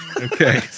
Okay